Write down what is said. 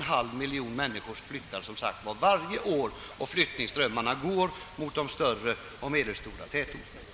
En halv miljon mäniskor flyttar, som jag tidigare framhöll, varje år och flyttningsströmmarna går mot de större och medelstora tätorterna.